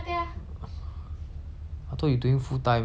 scare me part time part time still okay lah